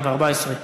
התשע"ה 2014,